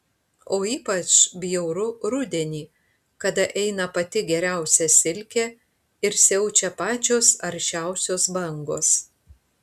o ypač bjauru rudenį kada eina pati geriausia silkė ir siaučia pačios aršiausios bangos